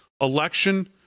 election